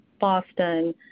Boston